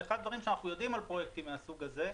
ואחד הדברים שאנחנו יודעים על פרויקטים מהסוג הזה,